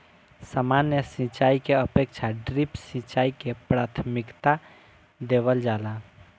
सामान्य सिंचाई के अपेक्षा ड्रिप सिंचाई के प्राथमिकता देवल जाला